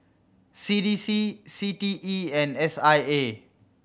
C D C C T E and S I A